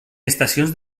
estacions